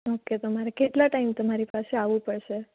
okay તો મારે કેટલા ટાઈમ તમારી પાસે આવવું પડશે